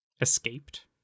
escaped